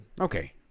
okay